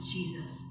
Jesus